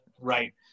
right